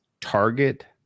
target